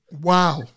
Wow